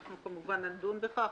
שאנחנו כמובן נדון בכך.